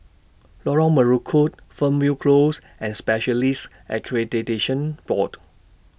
Lorong Melukut Fernvale Close and Specialists Accreditation Board